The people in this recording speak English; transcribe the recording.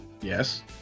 Yes